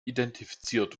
identifiziert